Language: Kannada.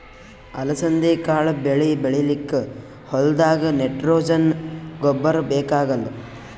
ಅಲಸಂದಿ ಕಾಳ್ ಬೆಳಿ ಬೆಳಿಲಿಕ್ಕ್ ಹೋಲ್ದಾಗ್ ನೈಟ್ರೋಜೆನ್ ಗೊಬ್ಬರ್ ಬೇಕಾಗಲ್